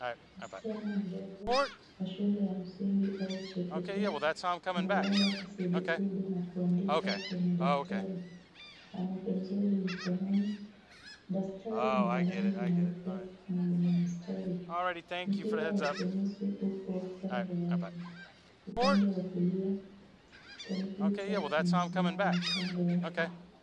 Msichana mdogo wa shule ya msingi au chekechea amelala kifudifudi na kuandika kwenye daftari. Ana penseli mkononi. Daftari ni la rangi nyeupe na lina mistari. Mpira wa tenisi upo kando yake. Upande wa kulia kompyuta imesimama kando yake.